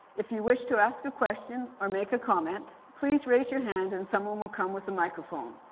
if you wish to ask a question or make a comment, please raise your hand and someone will come with a microphone.